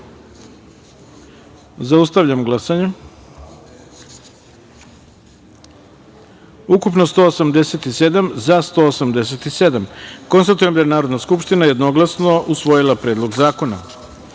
taster. Zaustavljam glasanje: ukupno - 187, za - 187.Konstatujem da je Narodna skupština jednoglasno usvojila Predlog zakona. Osma